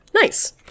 nice